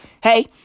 hey